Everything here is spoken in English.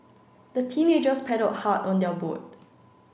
the teenagers paddled hard on their boat